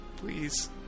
Please